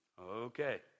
Okay